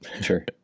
sure